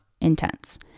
intense